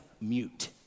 mute